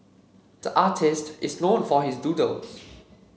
the artist is known for his doodles